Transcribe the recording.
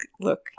look